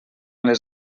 les